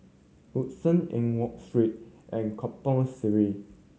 Western Eng Watt Street and Kampong Sireh